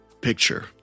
Picture